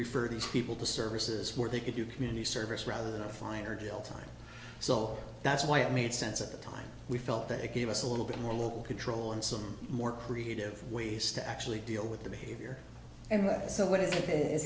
refer to these people to services where they could do community service rather than a fine or jail time so that's why it made sense at the time we felt that it gave us a little bit more local control and some more creative ways to actually deal with the behavior and